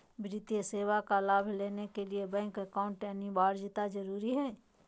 वित्तीय सेवा का लाभ लेने के लिए बैंक अकाउंट अनिवार्यता जरूरी है?